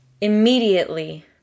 immediately